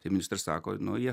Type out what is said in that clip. tai ministras sako nu jie